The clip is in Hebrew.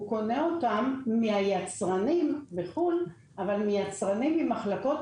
הוא קונה אותם מהיצרנים בחוץ לארץ אבל מיצרנים ממחלקות